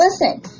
listen